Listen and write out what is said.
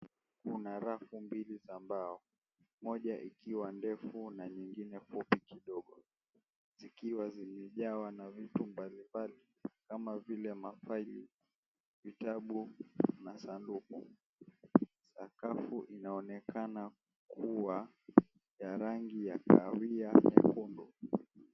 Kuna rafu mbili za mbao. Moja ikiwa ndefu na nyingine fupi kidogo zikiwa zimejawa vitu mbalimbali kama vile mafaili, vitabu na sanduku. Sakafu inaonekana kuwa ya rangi ya kahawia nyekundu.